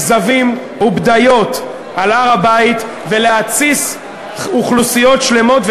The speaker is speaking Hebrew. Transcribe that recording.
כזבים ובדיות על הר-הבית ולהתסיס אוכלוסיות שלמות.